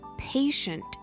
patient